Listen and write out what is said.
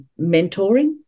mentoring